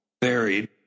buried